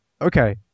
Okay